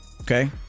okay